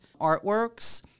artworks